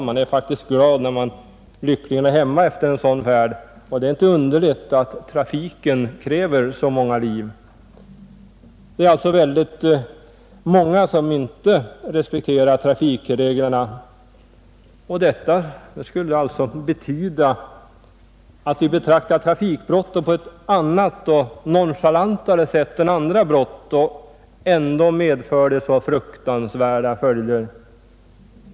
Man är faktiskt glad när man lyckligen är hemma efter en sådan färd, och det är inte underligt att trafiken kräver så många liv. Det är alltså många som inte respekterar trafikreglerna, vilket skulle betyda att vi betraktar trafikbrotten på ett annat och nonchalantare sätt än andra brott. Ändå medför trafikbrotten så fruktansvärda följder.